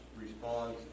response